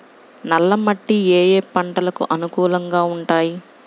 నల్ల మట్టి ఏ ఏ పంటలకు అనుకూలంగా ఉంటాయి?